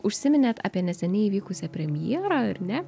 užsiminėt apie neseniai įvykusią premjerą ar ne